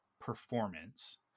performance